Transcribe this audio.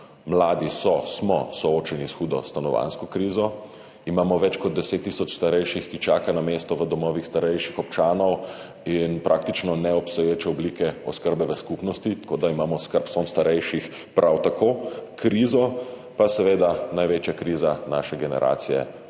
mladi so, smo soočeni s hudo stanovanjsko krizo, imamo več kot 10 tisoč starejših, ki čakajo na mesto v domovih starejših občanov in praktično neobstoječe oblike oskrbe v skupnosti, tako da imamo s skrbstvom starejših prav tako krizo, pa seveda največja kriza naše generacije